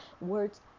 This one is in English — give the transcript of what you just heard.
words